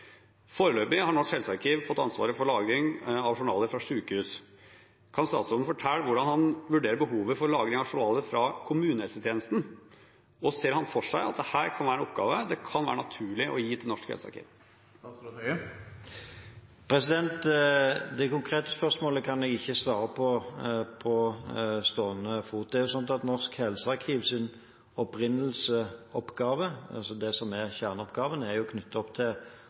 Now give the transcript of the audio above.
Foreløpig har Norsk helsearkiv fått ansvaret for lagring av journaler fra sykehus. Kan statsråden fortelle hvordan han vurderer behovet for lagring av journaler fra kommunehelsetjenesten? Og ser han for seg at dette kan være en oppgave det kan være naturlig å gi til Norsk helsearkiv? Det konkrete spørsmålet kan jeg ikke svare på på stående fot. Norsk helsearkivs opprinnelige oppgave, altså det som er kjerneoppgaven, er knyttet opp til å ivareta pasientjournaler til avdøde pasienter, mens den oppgaven som er